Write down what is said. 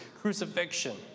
crucifixion